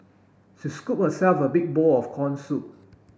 she scooped herself a big bowl of corn soup